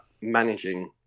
managing